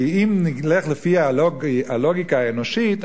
כי אם נלך לפי הלוגיקה האנושית,